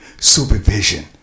supervision